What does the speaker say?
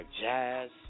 jazz